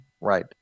right